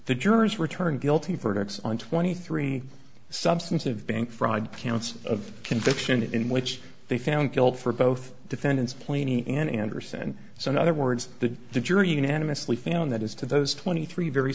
the jurors returned guilty verdicts on twenty three substantive bank fraud counts of conviction in which they found guilt for both defendants plenty and andersen so in other words the jury unanimously found that is to those twenty three very